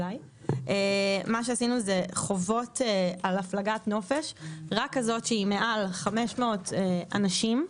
מה שעשינו זה חובות על הפלגת נופש מעל 500 אנשים,